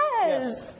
Yes